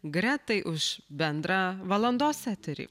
gretai už bendrą valandos eterį